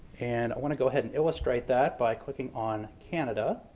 and i want to go ahead and illustrate that by clicking on canada